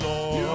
Lord